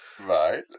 Right